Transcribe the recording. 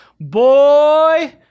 boy